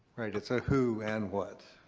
right. it's a who and what.